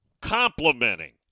complimenting